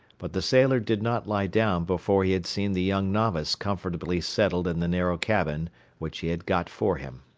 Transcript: but the sailor did not lie down before he had seen the young novice comfortably settled in the narrow cabin which he had got for him.